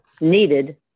needed